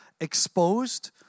exposed